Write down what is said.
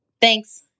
Thanks